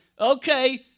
okay